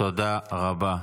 תודה רבה.